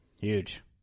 Huge